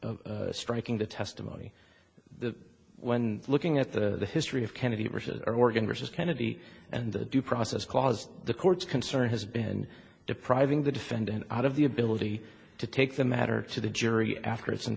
striking the testimony the when looking at the history of kennedy or organ versus kennedy and the due process clause the court's concern has been depriving the defendant out of the ability to take the matter to the jury after it's in